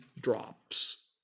drops